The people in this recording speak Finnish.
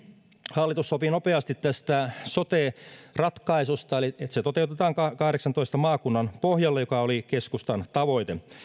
hallitus sopi nopeasti sote ratkaisusta eli siitä että se toteutetaan kahdeksantoista maakunnan pohjalle mikä oli keskustan tavoite